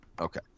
Okay